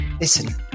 listen